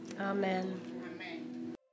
Amen